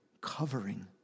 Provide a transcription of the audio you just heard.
covering